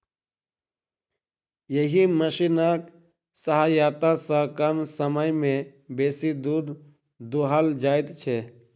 एहि मशीनक सहायता सॅ कम समय मे बेसी दूध दूहल जाइत छै